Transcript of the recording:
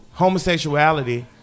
Homosexuality